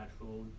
natural